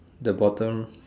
the bottom